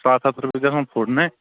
پانٛژستتھ رۄپیہِ گژھان فُٹ نا